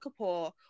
Kapoor